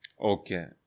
Okay